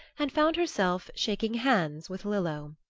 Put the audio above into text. and found herself shaking hands with lillo.